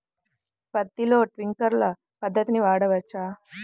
పత్తిలో ట్వింక్లర్ పద్ధతి వాడవచ్చా?